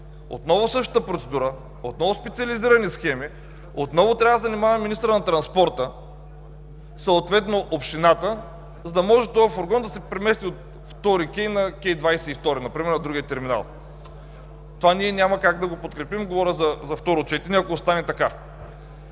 Отново същата процедура, отново специализирани схеми, отново трябва да се занимава министърът на транспорта, съответно общината, за да може този фургон да се премести от 2-ри кей на кей 22-ри, на другия терминал. Това ние няма как да го подкрепим – говоря за второ четене, ако остане така.